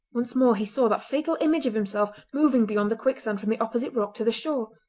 once more he saw that fatal image of himself moving beyond the quicksand from the opposite rock to the shore.